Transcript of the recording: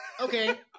Okay